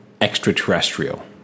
extraterrestrial